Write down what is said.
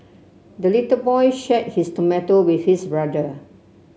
the little boy shared his tomato with his brother